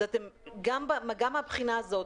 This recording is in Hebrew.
גם מהבחינה הזאת,